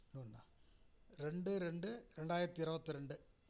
இன்னும் ஒன்றா ரெண்டு ரெண்டு ரெண்டாயிரத்தி இருபத்தி ரெண்டு